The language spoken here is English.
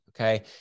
okay